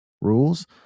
rules